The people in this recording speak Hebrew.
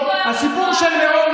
הסיפור של מירון,